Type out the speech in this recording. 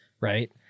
right